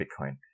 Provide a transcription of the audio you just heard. Bitcoin